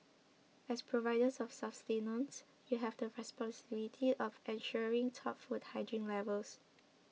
as providers of sustenance you have the responsibility of ensuring top food hygiene levels